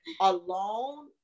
alone